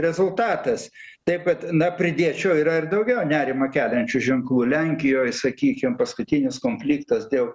rezultatas taip kad na pridėčiau yra ir daugiau nerimą keliančių ženklų lenkijoj sakykim paskutinis konfliktas dėl